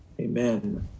Amen